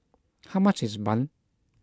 how much is Bun